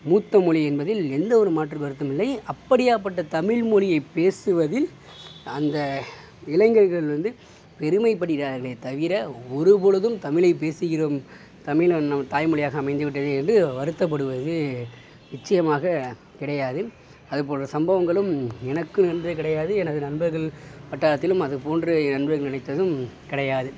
மூத்த மொழி என்பதில் எந்த ஒரு மாற்று கருத்தும் இல்லை அப்படியா பட்ட தமிழ் மொழி பேசுவதில் அந்த இளைஞர்கள் வந்து பெருமை படுகிறார்களே தவிர ஒரு பொழுதும் தமிழை பேசுகிறோம் தமிழ் நம் தாய்மொழியாக அமைந்து விட்டது என்று வருத்தப்படுவது நிச்சயமாக கிடையாது அது போல சம்பவங்களும் எனக்கும் வந்து கிடையாது எனது நண்பர்கள் வட்டாரத்திலும் அது போன்று எந்த விதத்திலும் கிடையாது